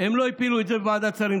הם לא הפילו את זה בוועדת שרים,